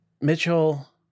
Mitchell